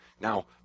Now